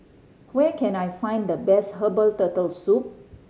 where can I find the best herbal Turtle Soup